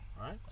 Right